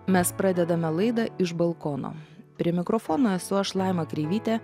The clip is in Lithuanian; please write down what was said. mes pradedame laidą iš balkono prie mikrofono esu aš laima kreivytė